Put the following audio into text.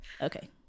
Okay